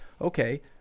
Okay